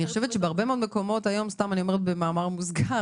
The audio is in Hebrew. במאמר מוסגר,